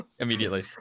Immediately